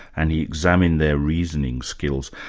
and he examined their reasoning skills.